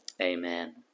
Amen